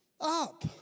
up